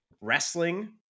wrestling